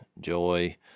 joy